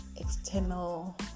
external